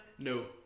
No